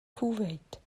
kuwait